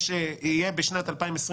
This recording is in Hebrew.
ויהיה בשנת 2021